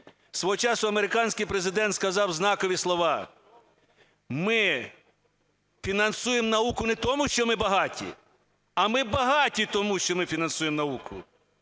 Свого часу американський президент сказав знакові слова: "Ми фінансуємо науку не тому, що ми багаті, а ми багаті тому, що ми фінансуємо науку".